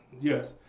yes